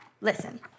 Listen